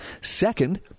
Second